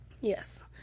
Yes